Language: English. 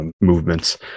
movements